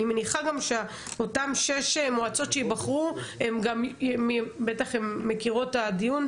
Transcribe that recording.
אני מניחה גם שאותן שש מועצות שייבחרו בטח מכירות את הדיון,